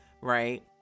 right